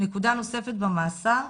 נקודה נוספת במאסר,